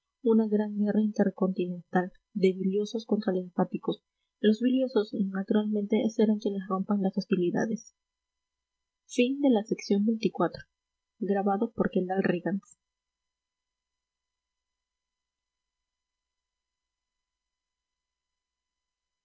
una gran guerra intercontinental de biliosos contra linfáticos los biliosos naturalmente serán quienes rompan las hostilidades